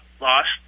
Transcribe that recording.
Lost